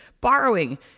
borrowing